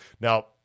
Now